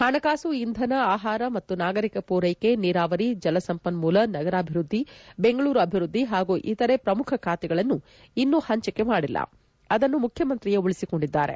ಹಣಕಾಸು ಇಂಧನ ಆಹಾರ ಮತ್ತು ನಾಗರಿಕ ಪೂರೈಕೆ ನೀರಾವರಿ ಜಲ ಸಂಪನ್ಮೂಲ ನಗರಾಭಿವ್ದದ್ಲಿ ಬೆಂಗಳೂರು ಅಭಿವ್ಯದ್ದಿ ಹಾಗೂ ಇತರೆ ಪ್ರಮುಖ ಖಾತೆಗಳನ್ನೂ ಇನ್ನೂ ಹಂಚಿಕೆ ಮಾಡಿಲ್ಲ ಅದನ್ನು ಮುಖ್ಯಮಂತ್ರಿಯೇ ಉಳಿಸಿಕೊಂಡಿದ್ದಾರೆ